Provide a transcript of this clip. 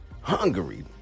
Hungary